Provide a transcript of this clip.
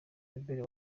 alba